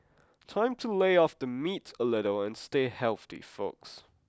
time to lay off the meat a little and stay healthy folks